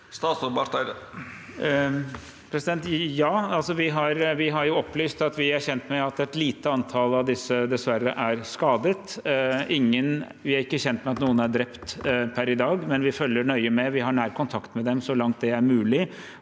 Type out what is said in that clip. Espen Barth Eide Vi har opplyst at vi er kjent med at et lite antall av disse dessverre er skadet. Vi er ikke kjent med at noen er drept per i dag, men vi følger nøye med. Vi har nær kontakt med dem så langt det er mulig.